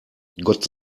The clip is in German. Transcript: gott